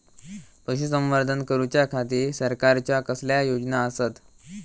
पशुसंवर्धन करूच्या खाती सरकारच्या कसल्या योजना आसत?